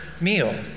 meal